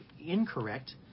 incorrect